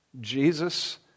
Jesus